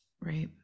Right